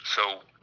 So-